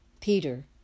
Peter